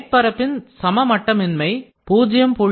மேற்பரப்பின் சமமட்டமின்மை 0